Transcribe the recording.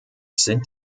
sind